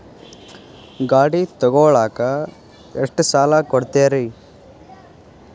ಗಾಡಿ ತಗೋಳಾಕ್ ಎಷ್ಟ ಸಾಲ ಕೊಡ್ತೇರಿ?